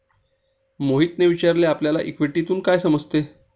मोहितने विचारले आपल्याला इक्विटीतून काय समजते?